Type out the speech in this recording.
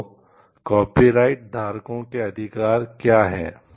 तो कॉपीराइट धारकों के अधिकार क्या हैं